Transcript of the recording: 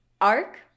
arc